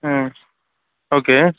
ம் ஓகே